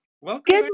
Welcome